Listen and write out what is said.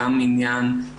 גם עניין,